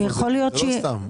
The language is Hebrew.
זה לא סתם.